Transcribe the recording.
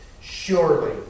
Surely